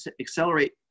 accelerate